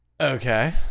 Okay